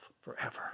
forever